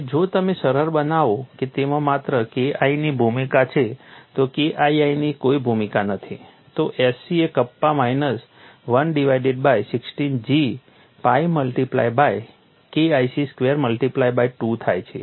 અને જો તમે સરળ બનાવો કે તેમાં માત્ર KI ની ભૂમિકા છે તો KII ની કોઈ ભૂમિકા નથી તો S c એ kappa minus 1 divided by 16 G pi multiply by KIC square multiply by 2 થાય છે